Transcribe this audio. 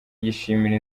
yishimira